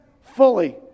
fully